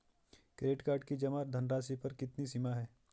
Credit card की जमा धनराशि पर कितनी सीमा है?